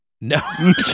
No